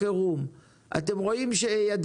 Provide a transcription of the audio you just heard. יש פה משבר חירום,